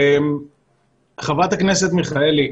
חברת הכנסת מיכאלי,